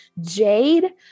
jade